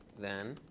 then.